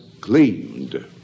claimed